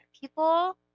people